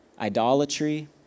idolatry